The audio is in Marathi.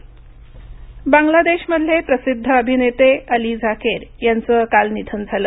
बांगलादेश अभिनेता निधन बांगलादेशमधले प्रसिद्ध अभिनेते अली झाकीर यांचं काल निधन झालं